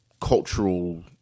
cultural